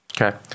Okay